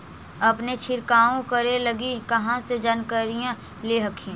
अपने छीरकाऔ करे लगी कहा से जानकारीया ले हखिन?